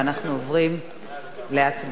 אנחנו עוברים להצבעה